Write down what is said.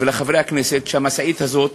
ולחברי הכנסת שהמשאית הזאת